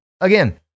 Again